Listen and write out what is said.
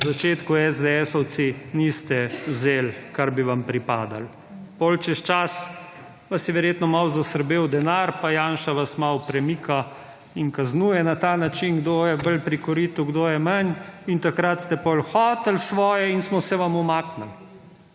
v začetku SDS-ovci niste vzeli kar bi vam pripadalo. Potem čez čas vas je verjetno malo zasrbel denar, pa Janša vas malo premika in kaznuje na ta način kdo je bolj pri koritu kdo je manj in takrat ste potem hoteli svoje in smo se vam umaknili.